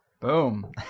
Boom